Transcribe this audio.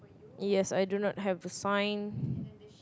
yes I do not have a sign